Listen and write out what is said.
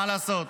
מה לעשות.